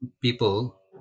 people